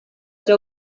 già